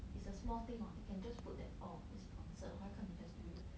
it's a small thing what they can just put that oh it's sponsored why can't they just do it